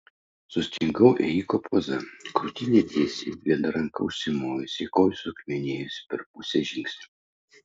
sustingau ėjiko poza krūtinė tiesi viena ranka užsimojusi koja suakmenėjusi per pusę žingsnio